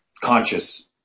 conscious